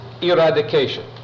eradication